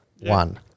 One